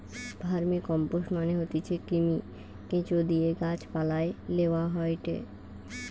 vermicompost মানে হতিছে কৃমি, কেঁচোদিয়ে গাছ পালায় লেওয়া হয়টে